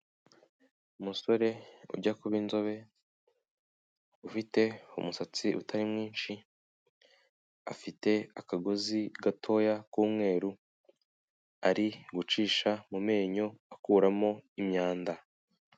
Umusore ujya kuba inzobe ufite umusatsi utari mwinshi, afite akagozi gatoya ku mweru ari gucisha mu menyo akuramo imyanda.